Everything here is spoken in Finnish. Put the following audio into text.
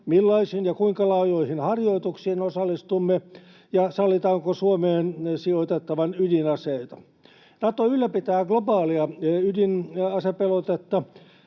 millaisiin ja kuinka laajoihin harjoituksiin osallistumme ja sallitaanko Suomeen sijoitettavan ydinaseita. Nato ylläpitää globaalia ydinasepelotetta,